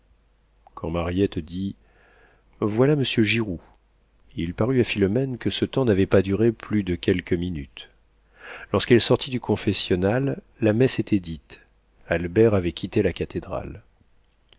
quand mariette dit voilà monsieur giroud il parut à philomène que ce temps n'avait pas duré plus de quelques minutes lorsqu'elle sortit du confessionnal la messe était dite albert avait quitté la cathédrale